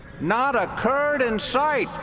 not a kurd in sight.